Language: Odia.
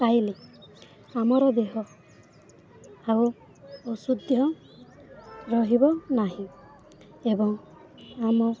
ଖାଇଲେ ଆମର ଦେହ ଆଉ ଅସୁସ୍ଥ ରହିବ ନାହିଁ ଏବଂ ଆମ